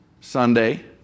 Sunday